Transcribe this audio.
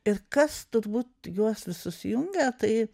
ir kas turbūt juos visus jungė tai